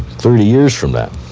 thirty years from now